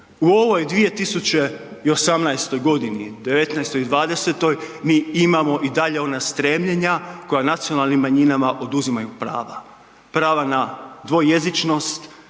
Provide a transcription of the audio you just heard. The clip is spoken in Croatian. U ovoj 2018. g., 2019. i 2020. mi imamo i dalje ona stremljenja koja nacionalnim manjinama oduzimaju prava. Prava na dvojezičnost,